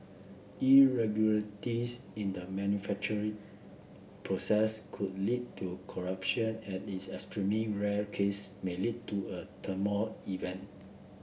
irregularities in the manufacturing process could lead to corruption and least extreme rare case may lead to a thermal event